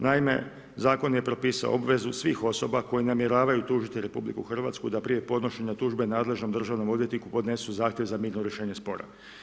Naime, Zakon je propisao obvezu svih osoba koje namjeravaju tužiti RH da prije podnošenja tužbe nadležnom državnom odvjetniku podnesu zahtjev za mirno rješenje spora.